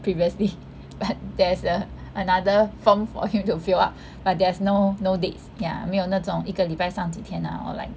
previously but there's a~ another form for him to fill up but there's no no dates ya 没有那种一个礼拜上几天 ah or like